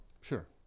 Sure